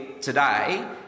today